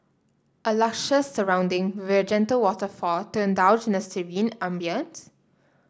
a luscious surrounding with a gentle waterfall to indulge in a serene ambience